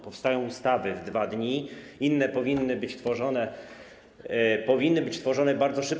Powstają ustawy w 2 dni, inne powinny być tworzone, powinny być tworzone bardzo szybko.